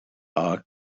our